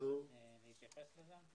יתייחס לזה.